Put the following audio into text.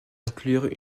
inclure